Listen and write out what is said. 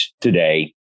today